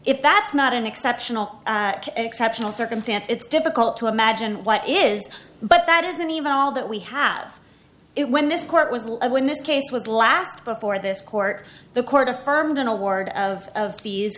if that's not an exceptional exceptional circumstance it's difficult to imagine what it is but that isn't even all that we have it when this court was when this case was last before this court the court affirmed an award of of these